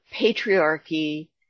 patriarchy